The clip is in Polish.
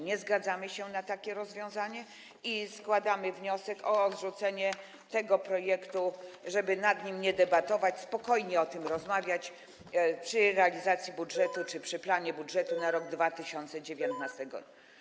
Nie zgadzamy się na takie rozwiązanie i składamy wniosek o odrzucenie tego projektu, żeby nad nim nie debatować, a spokojnie o tym rozmawiać przy realizacji budżetu czy przy planie budżetu na rok 2019.